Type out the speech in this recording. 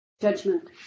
judgment